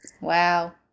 Wow